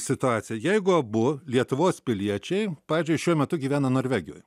situacija jeigu abu lietuvos piliečiai pavyzdžiui šiuo metu gyvena norvegijoj